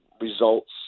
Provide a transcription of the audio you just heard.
results